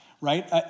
right